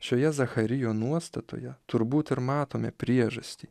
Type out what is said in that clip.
šioje zacharijo nuostatoje turbūt ir matome priežastį